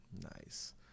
Nice